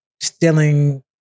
stealing